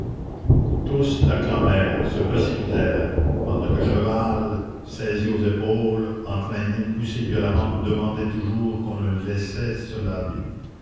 tous l'acclamèrent se précipitèrent pendant que chaval saisi aux épaules entraîné poussé violemment demandait toujours qu'on le laissât se laver